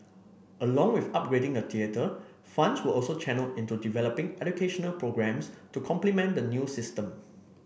along with upgrading the theatre funds were also channelled into developing educational programmes to complement the new system